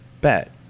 bet